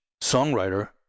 songwriter